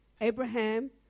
Abraham